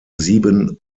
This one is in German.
sieben